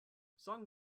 song